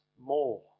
more